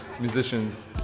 musicians